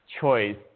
choice